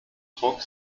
druck